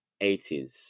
80s